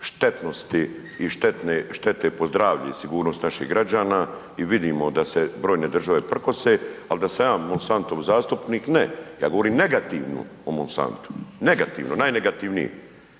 štetnosti i štete po zdravlje i sigurnost naših građana i vidimo da se brojne države prkose, ali da sam ja Monsantov zastupnik ne, ja govorim negativno o Monsantu, negativno, najnegativnije,